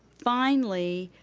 finally